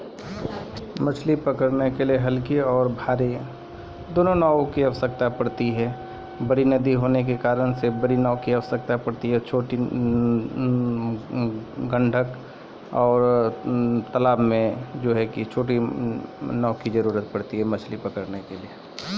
मछली पकड़ै रो नांव हल्लुक लकड़ी रो बनैलो जाय छै